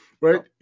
right